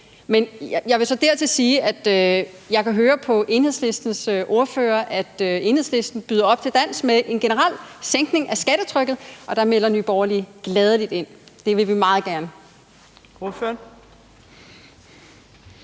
Jeg vil så dertil sige, at jeg kan høre på Enhedslistens ordfører, at Enhedslisten byder op til dans med hensyn til en generel sænkning af skattetrykket, og der melder Nye Borgerlige gladeligt ind. Det vil vi meget gerne